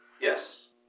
Yes